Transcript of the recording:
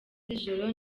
z’ijoro